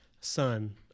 son